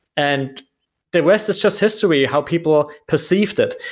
and the rest is just history how people perceived it.